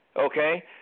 Okay